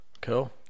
Cool